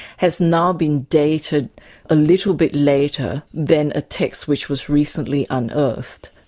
has now been dated a little bit later than a text which was recently unearthed.